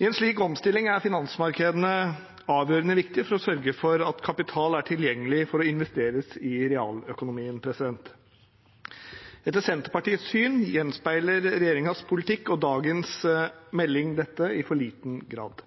I en slik omstilling er finansmarkedene avgjørende viktig for å sørge for at kapital er tilgjengelig for å investeres i realøkonomien. Etter Senterpartiets syn gjenspeiler regjeringens politikk og dagens melding dette i for liten grad.